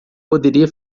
poderia